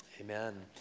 Amen